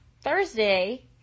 Thursday